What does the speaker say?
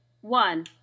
One